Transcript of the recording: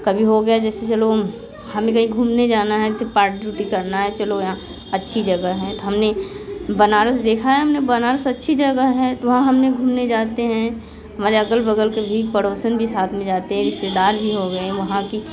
कभी हो गया जैसे चलो हमें कहीं घूमने जाना है सिर्फ पार्टी वार्टी करना है चलो यहाँ अच्छी जगह है हमने बनारस देखा है हमने बनारस अच्छी जगह है तो वहाँ हमने घूमने जाते हैं हमारे अगल बगल के भी पड़ोसन भी साथ में जाते हैं रिश्तेदार भी हो गए वहाँ की